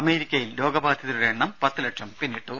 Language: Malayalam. അമേരിക്കയിൽ രോഗബാധിതരുടെ എണ്ണം പത്ത് ലക്ഷം പിന്നിട്ടു